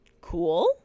cool